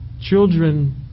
Children